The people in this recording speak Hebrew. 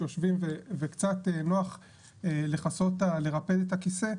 שיושבים וקצת נוח לרפד את הכיסא,